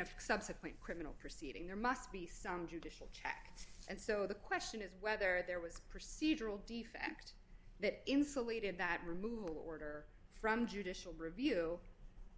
a subsequent criminal proceeding there must be some judicial checked and so the question is whether there was perceived will defect that insulated that removal order from judicial review